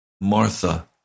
Martha